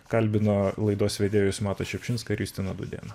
kalbino laidos vedėjus matą šiupšinską ir justiną dūdėną